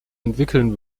entwickeln